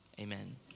amen